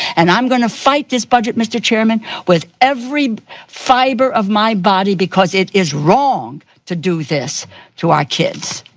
and i'm going to fight this budget, mr. chairman, with every fiber of my body because it is wrong to do this to our kids.